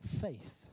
faith